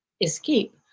escape